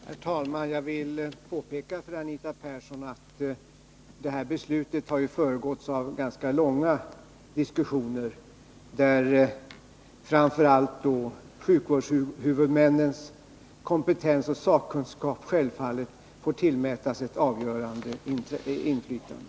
Herr talman! Jag vill påpeka för Anita Persson att det här beslutet har föregåtts av ganska långa diskussioner, där framför allt sjukvårdshuvudmännens kompetens och sakkunskap självfallet får tillmätas ett avgörande inflytande.